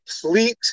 complete